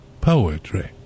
poetry